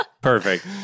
Perfect